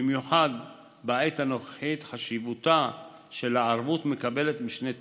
במיוחד בעת הנוכחית חשיבותה של הערבות מקבלת משנה תוקף,